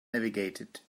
navigated